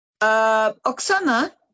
Oksana